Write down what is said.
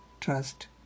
trust